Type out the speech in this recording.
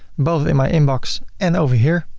both in my inbox and over here.